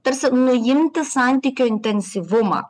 tarsi nuimti santykio intensyvumą